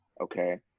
Okay